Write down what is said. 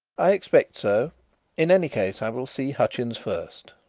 i expect so in any case, i will see hutchins first.